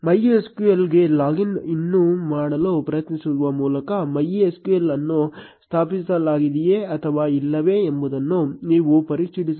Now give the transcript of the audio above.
MySQL ಗೆ log in ಮಾಡಲು ಪ್ರಯತ್ನಿಸುವ ಮೂಲಕ MySQL ಅನ್ನು ಸ್ಥಾಪಿಸಲಾಗಿದೆಯೇ ಅಥವಾ ಇಲ್ಲವೇ ಎಂಬುದನ್ನು ನೀವು ಪರೀಕ್ಷಿಸಬಹುದು